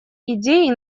идеи